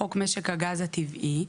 בחוק משק הגז הטבעי.